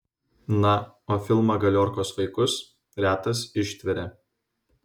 na o filmą galiorkos vaikus retas ištveria